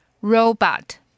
Robot